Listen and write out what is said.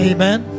Amen